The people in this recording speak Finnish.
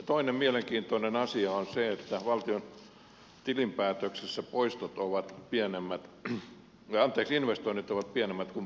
toinen mielenkiintoinen asia on se että valtion tilinpäätöksessä puistot ovat pienemmät ja teki myös investoinnit ovat pienemmät kuin poistot